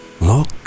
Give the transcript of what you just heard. Look